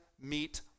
meet